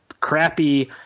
crappy